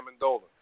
Amendola